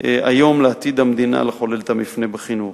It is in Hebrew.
לעתיד המדינה, לחולל את המפנה בחינוך.